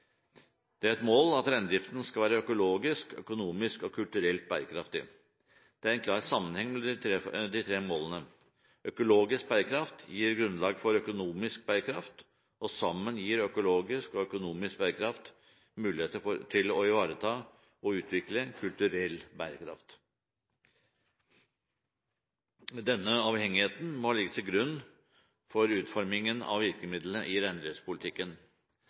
Det er et mål at reindriften skal være økologisk, økonomisk og kulturelt bærekraftig. Det er en klar sammenheng mellom de tre målene. Økologisk bærekraft gir grunnlag for økonomisk bærekraft, og sammen gir økologisk og økonomisk bærekraft muligheter til å ivareta og utvikle kulturell bærekraft. Denne avhengigheten må legges til grunn for utformingen av virkemidlene i